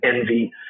envy